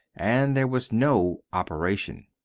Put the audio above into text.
and there was no operation.